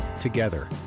together